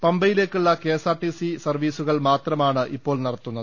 പമ്പയിലേക്കുള്ള KSRT സർവീസുകൾ മാത്രമാണ് ഇപ്പോൾ നടത്തുന്നത്